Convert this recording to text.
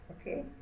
Okay